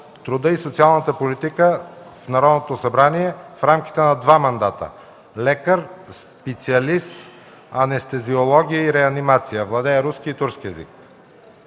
труда и социалната политика в Народното събрание в рамките на два мандата; лекар, специалист по анестезиология и реанимации. Владее руски и турски езици.